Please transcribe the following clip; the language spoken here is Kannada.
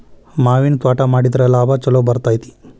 ಮಾವಿನ ತ್ವಾಟಾ ಮಾಡಿದ್ರ ಲಾಭಾ ಛಲೋ ಬರ್ತೈತಿ